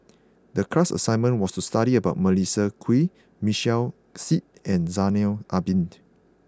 the class assignment was to study about Melissa Kwee Michael Seet and Zainal Abidin